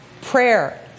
prayer